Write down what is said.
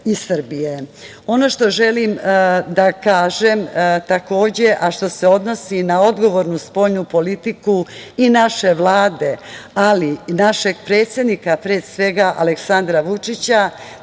što želim da kažem takođe a što se odnosi na odgovornu spoljnu politiku i naše Vlade, ali pre svega našeg predsednika Aleksandra Vučića,